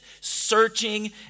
searching